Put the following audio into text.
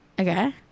Okay